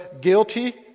guilty